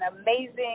amazing